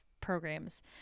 programs